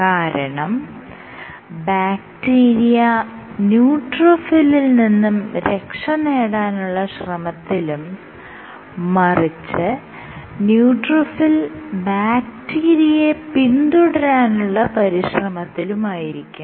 കാരണം ബാക്ടീരിയ ന്യൂട്രോഫിലിൽ നിന്നും രക്ഷനേടാനുള്ള ശ്രമത്തിലും മറിച്ച് ന്യൂട്രോഫിൽ ബാക്റ്റീരിയയെ പിന്തുടരാനുള്ള പരിശ്രമത്തിലുമായിരിക്കും